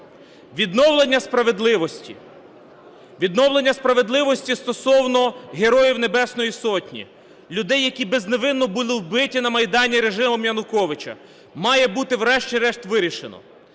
відновлення справедливості стосовно Героїв Небесної Сотні, людей, які безневинно були вбиті на Майдані режимом Януковича, має бути врешті-решт вирішено.